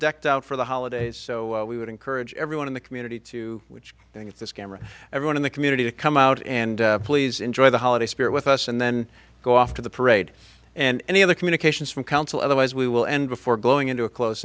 decked out for the holidays so we would encourage everyone in the community to which it's this camera everyone in the community to come out and please enjoy the holiday spirit with us and then go off to the parade and any of the communications from counsel otherwise we will end before going into a closed